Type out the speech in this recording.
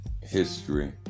history